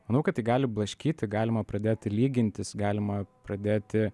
manau kad tai gali blaškyti galima pradėti lygintis galima pradėti